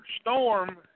Storm